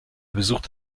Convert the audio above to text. besuchte